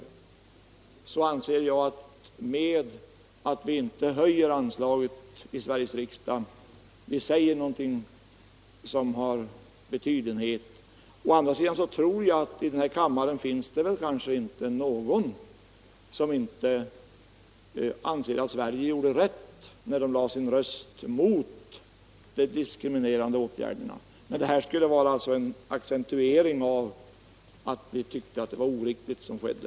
Jag anser att Sveriges riksdag genom att inte höja anslaget säger någonting som då är av betydenhet. Å andra sidan tror jag inte att det här i kammaren finns någon som inte anser att Sverige gjorde rätt när vi lade vår röst mot de diskriminerande åtgärderna. Det här skulle alltså vara en accentuering av att vi tycker att det var oriktigt som skedde.